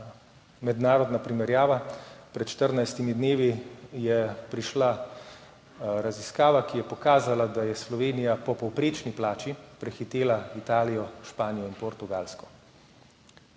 mednarodna primerjava. Pred 14 dnevi je prišla raziskava, ki je pokazala, da je Slovenija po povprečni plači prehitela Italijo, Španijo in Portugalsko.